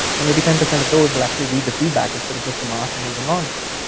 and maybe ten percent of those will actually read the feedback instead of just a mark and moving on.